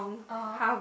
(aha)